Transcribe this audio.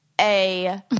a-